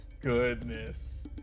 goodness